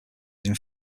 using